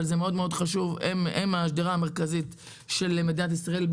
אבל זה מאוד מאוד חשוב הם השדרה המרכזית של מדינת ישראל,